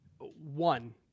One